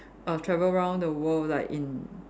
err travel round the world like in